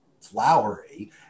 flowery